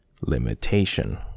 Limitation